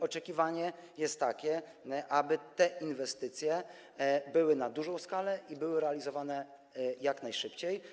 Oczekiwanie jest takie, aby te inwestycje były na dużą skalę i były realizowane jak najszybciej.